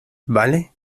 vale